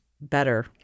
better